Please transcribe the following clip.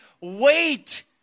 wait